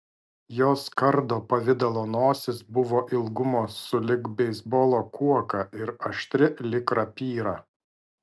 jos kardo pavidalo nosis buvo ilgumo sulig beisbolo kuoka ir aštri lyg rapyra